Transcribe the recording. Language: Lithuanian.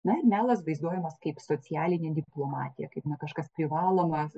na ir melas vaizduojamas kaip socialinė diplomatija kaip na kažkas privalomas